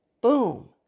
boom